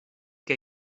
que